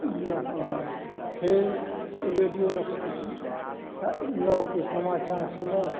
ई अपन फेर रेडियो रखने छी तऽ नओके समाचार सुनब